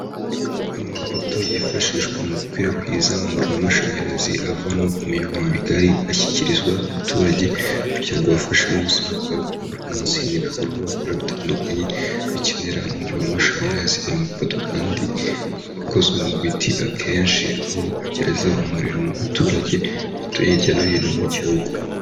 Amapoto yifashishwa mu gukwirakwiza umuriro w'amashanyarazi avanwa ku miyoboro migari ashyikirizwa abaturage, kugira ngo abafashe mu buzima bwabo bwa buri munsi, n'ibikorwa bakora bitandukanye, bikenera umuriro w'amashanyarazi. Amapoto kandi aba akozwe mu biti akenshi aho ageza umuriro mu baturage batuye hirya no hino mu gihugu.